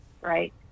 Right